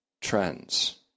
trends